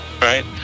right